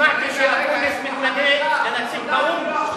שמעתם שאקוניס מתמנה לנציג באו"ם?